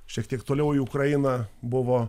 šiek tiek toliau į ukrainą buvo